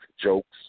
jokes